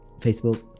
Facebook